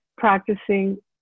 practicing